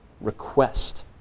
request